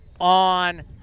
on